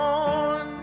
on